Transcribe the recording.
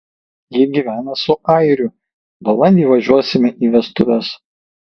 ji gyvena su airiu balandį važiuosime į vestuves